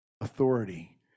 authority